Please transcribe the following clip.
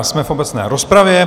Jsme v obecné rozpravě.